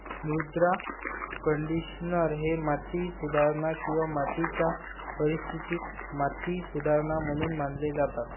मृदा कंडिशनर हे माती सुधारणा किंवा मातीच्या परिस्थितीत माती सुधारणा म्हणून मानले जातात